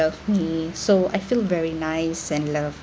me so I feel very nice and love